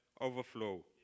overflow